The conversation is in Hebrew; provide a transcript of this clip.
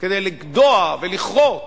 כדי לגדוע ולכרות